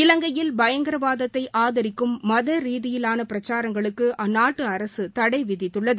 இலங்கையில் பயங்கரவாதத்தை ஆதரிக்கும் மத ரீதியிலான பிரச்சாரங்களுக்கு அந்நாட்டு அரசு தடை விதித்துள்ளது